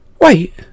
Wait